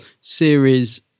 series